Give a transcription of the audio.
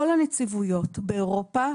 כל הנציבויות באירופה,